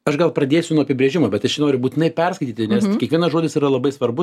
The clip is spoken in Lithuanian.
aš gal pradėsiu nuo apibrėžimo bet aš noriu būtinai nes kiekvienas žodis yra labai svarbu